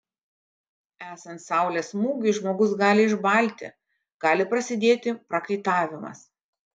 esant saulės smūgiui žmogus gali išbalti gali prasidėti prakaitavimas